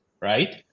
right